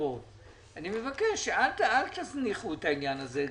אני מבקש שלא תזניחו את העניין הזה.